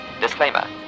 Disclaimer